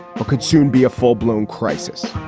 but could soon be a full blown crisis